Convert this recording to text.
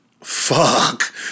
fuck